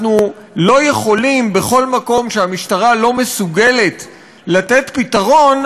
אנחנו לא יכולים בכל מקום שהמשטרה לא מסוגלת לתת פתרון,